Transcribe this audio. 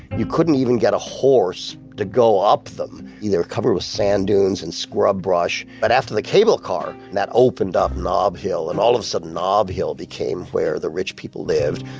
you couldn't even get a horse to go up them. either covered with sand dunes and scrub brush. but after the cable car that opened up nob hill and all of a sudden, nob hill became where the rich people lived.